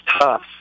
tough